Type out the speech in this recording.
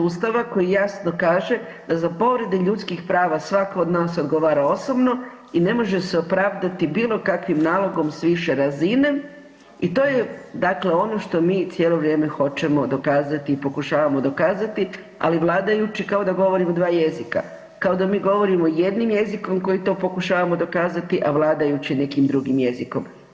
Ustava koji jasno kaže da za povrede ljudskih prava svatko od nas odgovara osobno i ne može se opravdati bilo kakvim nalogom s više razine i to je dakle ono što mi cijelo vrijeme hoćemo dokazati i pokušavamo dokazati, ali vladajući kao da govorimo dva jezika, kao da mi govorimo jednim jezikom koji to pokušavamo dokazati, a vladajući nekim drugim jezikom.